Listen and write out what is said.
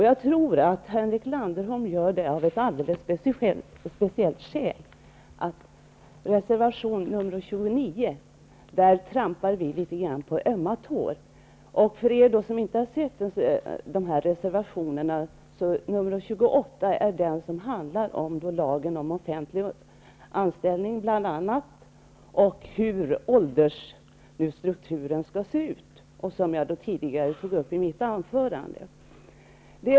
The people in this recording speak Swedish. Jag tror att Henrik Landerholm har ett alldeles speciellt skäl till detta. I reservation 29 trampar vi nämligen litet grand på ömma tår. För dem som inte tagit del av dessa reservationer kan jag tala om att reservation 28 bl.a. handlar om lagen om offentlig anställning och hur åldersstrukturen skall se ut, vilket jag tidigare tog upp i mitt anförande.